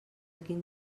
quin